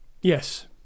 Yes